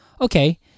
okay